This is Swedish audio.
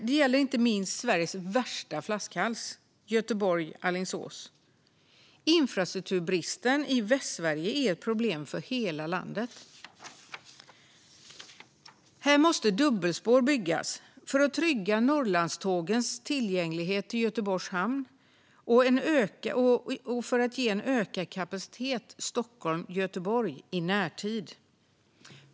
Det gäller inte minst Sveriges värsta flaskhals, Göteborg-Alingsås. Infrastrukturbristen i Västsverige är ett problem för hela landet. Här måste dubbelspår byggas för att trygga Norrlandstågens tillgänglighet till Göteborgs hamn och för att ge en ökad kapacitet mellan Stockholm och Göteborg i närtid.